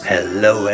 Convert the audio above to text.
Hello